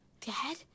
Dad